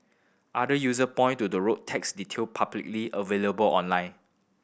other user point to the road tax detail publicly available online